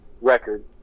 record